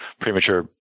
premature